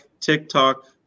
TikTok